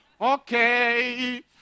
Okay